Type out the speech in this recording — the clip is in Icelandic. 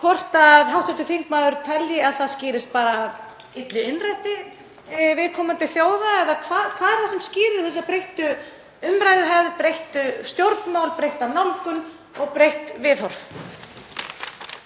hvort hv. þingmaður telji að það skýrist bara af illu innræti viðkomandi þjóða eða hvað það er það sem skýrir þessa breyttu umræðuhefð, breyttu stjórnmál, breyttu nálgun og breyttu viðhorf.